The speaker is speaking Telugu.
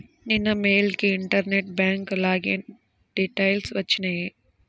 నిన్న మెయిల్ కి ఇంటర్నెట్ బ్యేంక్ లాగిన్ డిటైల్స్ వచ్చినియ్యి